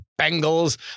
Bengals